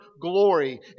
glory